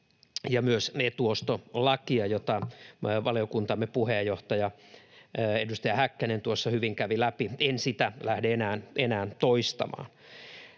myös etuostolakia, mitä valiokuntamme puheenjohtaja, edustaja Häkkänen tuossa hyvin kävi läpi. En sitä lähde enää toistamaan.